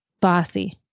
bossy